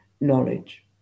knowledge